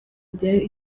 bya